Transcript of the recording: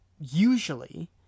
usually